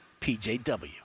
PJW